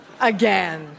again